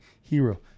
hero